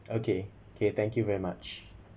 okay okay thank you very much